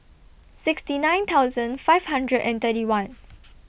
sixty nine thousand five hundred and thirty one